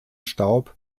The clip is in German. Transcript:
staub